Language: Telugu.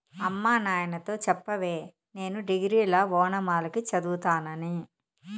అమ్మ నాయనతో చెప్పవే నేను డిగ్రీల ఓనాల కి చదువుతానని